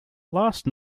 last